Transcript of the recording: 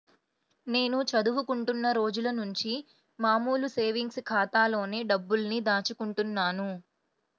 నేను చదువుకుంటున్న రోజులనుంచి మామూలు సేవింగ్స్ ఖాతాలోనే డబ్బుల్ని దాచుకుంటున్నాను